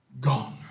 Gone